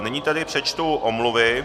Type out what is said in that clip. Nyní tedy přečtu omluvy.